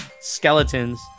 skeletons